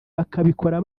bakabikora